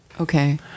Okay